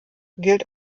gilt